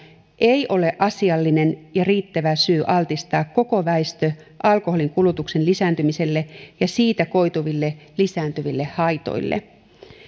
ei ole asiallinen ja riittävä syy altistaa koko väestö alkoholinkulutuksen lisääntymiselle ja siitä koituville lisääntyville haitoille